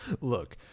Look